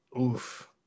oof